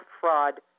fraud